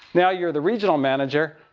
now you're the regional manager,